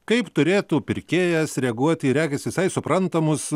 kaip turėtų pirkėjas reaguoti į regis visai suprantamus